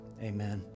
Amen